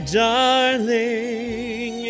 darling